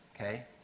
okay